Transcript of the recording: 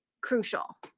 crucial